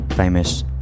Famous